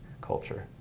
culture